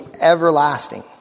everlasting